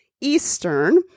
Eastern